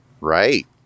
Right